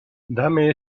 dame